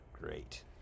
great